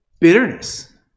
bitterness